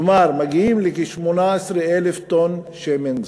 כלומר, מגיעים לכ-18,000 טון שמן זית.